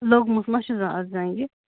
لوٚگمُت ما چھُ زانٛہہ اَتھ زنٛگہِ